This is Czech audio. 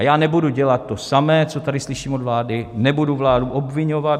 Já nebudu dělat to samé, co tady slyším od vlády, nebudu vládu obviňovat.